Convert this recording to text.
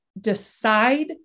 decide